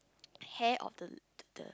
hair of the the the